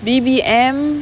B_B_M